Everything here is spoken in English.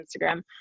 Instagram